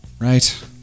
right